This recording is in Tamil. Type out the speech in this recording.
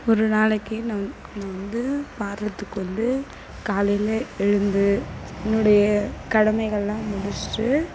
ஒரு நாளைக்கு நான் நான் வந்து பாடுறதுக்கு வந்து காலையில் எழுந்து என்னுடைய கடமைகள்லாம் முடிச்சிட்டு